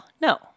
No